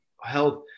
health